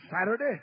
Saturday